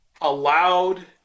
allowed